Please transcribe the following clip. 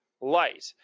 light